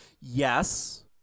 Yes